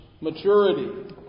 maturity